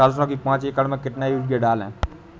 सरसो के पाँच एकड़ में कितनी यूरिया डालें बताएं?